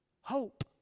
hope